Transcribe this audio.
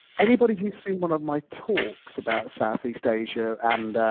anybody here seen one of my talks about south east asia and